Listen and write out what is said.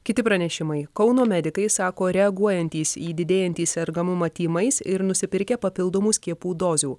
kiti pranešimai kauno medikai sako reaguojantys į didėjantį sergamumą tymais ir nusipirkę papildomų skiepų dozių